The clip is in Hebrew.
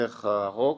דרך הרוק.